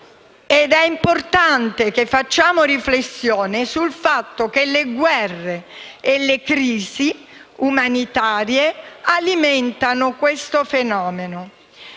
È importante che si faccia una riflessione sul fatto che le guerre e le crisi umanitarie alimentano questo fenomeno.